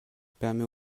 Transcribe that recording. permet